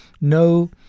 no